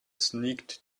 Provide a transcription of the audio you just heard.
sneaked